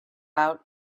out